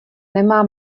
nemá